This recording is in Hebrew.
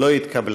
לא התקבלה.